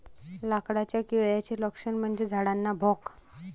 लाकडाच्या किड्याचे लक्षण म्हणजे झाडांना भोक